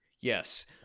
Yes